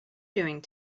doing